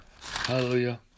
Hallelujah